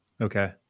Okay